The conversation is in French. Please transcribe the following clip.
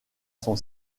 son